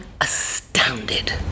astounded